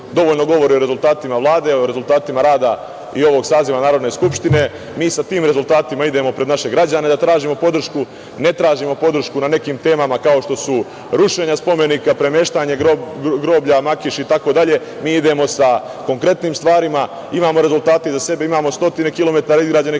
dovoljno govori o rezultatima Vlade, o rezultatima rada i ovog saziva Narodne skupštine. Mi sa tim rezultatima idemo pred naše građane, da ne tražimo podršku na nekim temama kao što su rušenje spomenika, premeštanje groblja Makiš itd. Mi idemo sa konkretnim stvarima. Imamo rezultate iza sebe. Imamo stotine kilometara izgrađenih autoputeva.